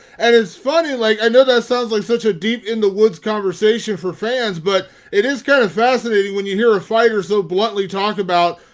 and it's funny, like i know that sounds like such a deep in the woods conversation for fans, but it is kind of fascinating when you hear a fighter so bluntly talk about,